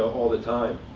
all the time.